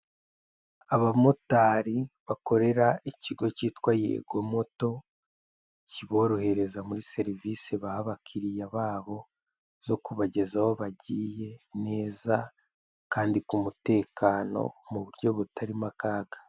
Abamotari bakorera ikigo kitwa Yego Moto kiborohereza muri serivise baha abakiriya babo zo kubageza aho bagiye neza kandi k'umutekano mu buryo butarimo akaga.